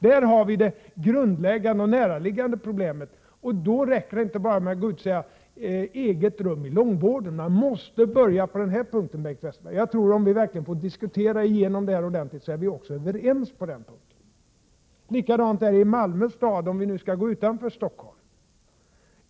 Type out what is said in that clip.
Där har vi det grundläggande och näraliggande problemet. Då räcker det inte med att gå ut och säga: Eget rum i långvården! Man måste börja på den här punkten, Bengt Westerberg. Om vi verkligen får diskutera igenom det här ordentligt är vi, tror jag, också överens på den 31 punkten. Likadant är det i Malmö stad, om vi nu skall gå utanför Stockholm.